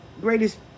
Greatest